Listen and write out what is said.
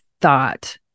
thought